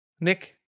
Nick